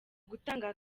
gutanga